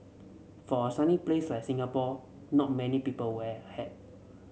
for a sunny place like Singapore not many people wear a hat